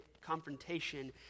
confrontation